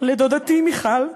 לדודתי מיכל,